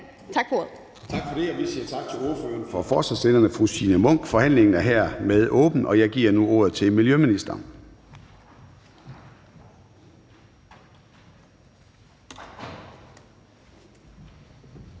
Gade): Vi siger tak til ordføreren for forslagsstillerne, fru Signe Munk. Forhandlingen er hermed åbnet, og jeg giver nu ordet til miljøministeren.